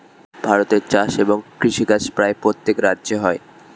ভারতে চাষ এবং কৃষিকাজ প্রায় প্রত্যেক রাজ্যে হয়